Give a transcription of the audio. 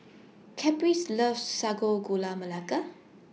Caprice loves Sago Gula Melaka